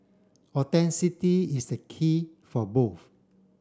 is the key for both